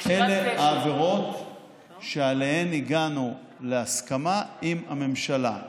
אלה העבירות שעליהן הגענו להסכמה עם הממשלה.